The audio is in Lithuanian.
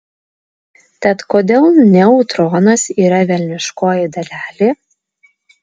tad kodėl neutronas yra velniškoji dalelė